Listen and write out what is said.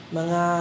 mga